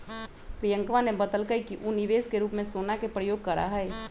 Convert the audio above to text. प्रियंकवा ने बतल कई कि ऊ निवेश के रूप में सोना के प्रयोग करा हई